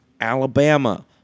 Alabama